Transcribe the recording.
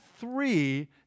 three